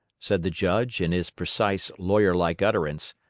said the judge, in his precise, lawyer-like utterance,